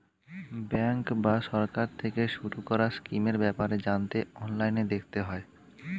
bank বা সরকার থেকে শুরু করা স্কিমের ব্যাপারে জানতে অনলাইনে দেখতে হয়